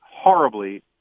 horribly